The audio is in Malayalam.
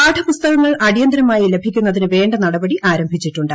പാഠപുസ്തകങ്ങൾ അടിയന്തീരമായി ലഭിക്കുന്നതിനു വേണ്ട നടപടി ആരംഭിച്ചിട്ടുണ്ട്